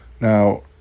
now